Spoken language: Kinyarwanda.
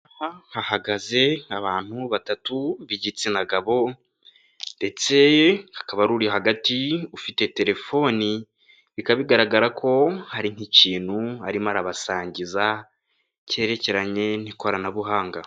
Aha hahagaze abantu batatu b'igitsina gabo ndetse hakaba hari uri hagati ufite terefoni, bikaba bigaragara ko hari nk'ikintu arimo arabasangiza cyerekeranye n'ikoranabuhanga.